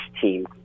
team